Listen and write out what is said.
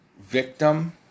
victim